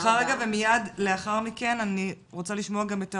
מיד לאחר מכן אני רוצה לשמוע גם את ההורים.